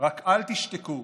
רק אל תשתקו.